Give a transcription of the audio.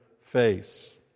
face